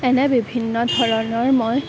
এনে বিভিন্ন ধৰণৰ মই